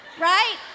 right